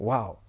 Wow